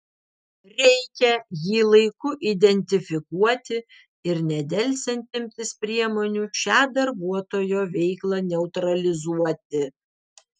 reikia jį laiku identifikuoti ir nedelsiant imtis priemonių šią darbuotojo veiklą neutralizuoti